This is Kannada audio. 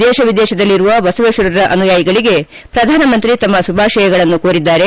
ದೇತ ವಿದೇತದಲ್ಲಿರುವ ಬಸವೇತ್ವರರ ಅನುಯಾಯಿಗಳಿಗೆ ಪ್ರಧಾನಮಂತ್ರಿ ತಮ್ಮ ಶುಭಾಶಯಗಳನ್ನು ತಿಳಿಸಿದ್ದಾರೆ